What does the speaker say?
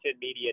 media